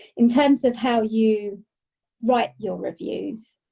in terms of how you write your reviews,